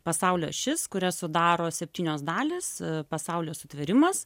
pasaulio ašis kurią sudaro septynios dalys pasaulio sutvėrimas